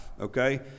okay